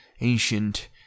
ancient